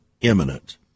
imminent